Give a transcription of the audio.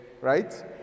right